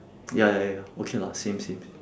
ya ya ya okay lah same same